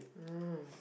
ah